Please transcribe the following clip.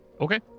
Okay